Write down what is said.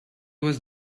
was